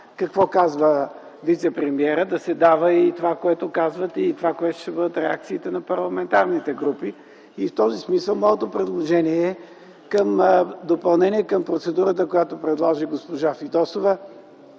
какво казва вицепремиерът, а да се дава и това, което казват, и това, което ще бъдат реакциите на парламентарните групи. В този смисъл моето предложение като допълнение към процедурата, която предложи госпожа Фидосова,